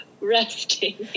resting